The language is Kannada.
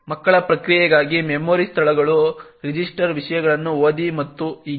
ಮಕ್ಕಳ ಪ್ರಕ್ರಿಯೆಗಾಗಿ ಮೆಮೊರಿ ಸ್ಥಳಗಳು ರಿಜಿಸ್ಟರ್ ವಿಷಯಗಳನ್ನು ಓದಿ ಮತ್ತು ಹೀಗೆ